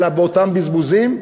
אלא באותם בזבוזים.